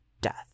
death